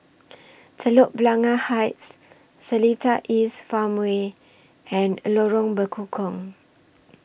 Telok Blangah Heights Seletar East Farmway and Lorong Bekukong